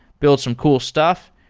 build some cool stuff.